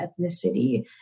ethnicity